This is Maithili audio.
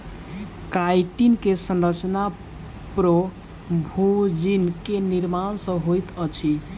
काइटिन के संरचना प्रोभूजिन के निर्माण सॅ होइत अछि